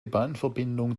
bahnverbindung